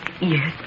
Yes